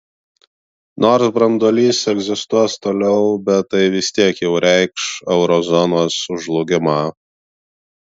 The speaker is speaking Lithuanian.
nors branduolys egzistuos toliau bet tai vis tiek jau reikš euro zonos žlugimą